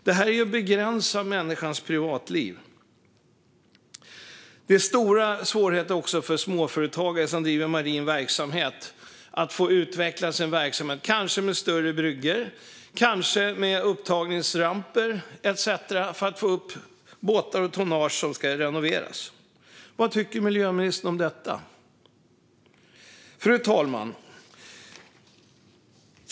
Det här är att begränsa människans privatliv. Det är också stora svårigheter för småföretagare som bedriver marin verksamhet att få utveckla sin verksamhet, kanske med större bryggor, kanske med upptagningsramper etcetera, för att få upp båtar och tonnage som ska renoveras. Vad tycker miljöministern om detta? Fru talman!